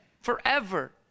forever